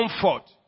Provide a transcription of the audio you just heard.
comfort